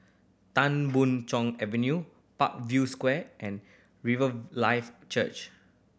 Tan Boon Chong Avenue Parkview Square and Riverlife Church